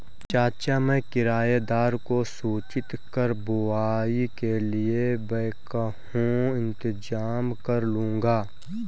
चाचा मैं किराएदार को सूचित कर बुवाई के लिए बैकहो इंतजाम करलूंगा